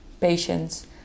patients